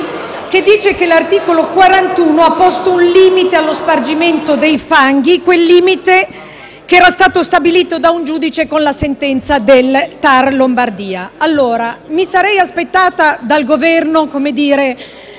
il quale l’articolo 41 ha posto un limite allo spargimento dei fanghi; quel limite che era stato stabilito da un giudice con la sentenza del TAR Lombardia. Mi sarei aspettata dal Governo una maggiore